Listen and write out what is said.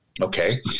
Okay